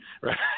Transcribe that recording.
right